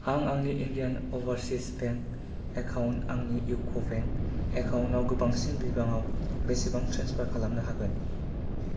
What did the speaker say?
आं आंनि Indian overseas bank account आंनि इउक बेंक एकाउन्टआव गोबांसिन बिबाङाव बेसेबां ट्रेन्सफार खालामनो हागोन